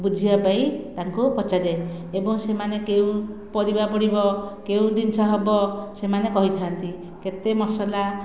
ବୁଝିବାପାଇଁ ତାଙ୍କୁ ପଚାରେ ଏବଂ ସେମାନ କେଉଁ ପରିବା ପଡ଼ିବ କେଉଁ ଜିନିଷ ହେବ ସେମାନେ କହିଥାନ୍ତି କେତେ ମସଲା